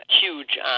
huge